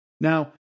Now